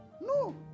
No